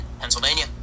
Pennsylvania